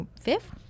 fifth